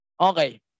Okay